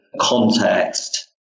context